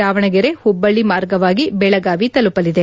ದಾವಣಗೆರೆ ಹುಭ್ಗಳ್ಲಿ ಮಾರ್ಗವಾಗಿ ಬೆಳಗಾವಿ ತಲುಪಲಿದೆ